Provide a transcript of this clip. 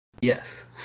Yes